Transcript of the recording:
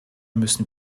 müssen